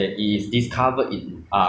no lah but I think this thing is like